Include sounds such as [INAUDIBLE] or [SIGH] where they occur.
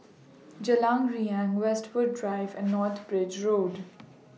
Jalan Riang Westwood Drive and [NOISE] North Bridge Road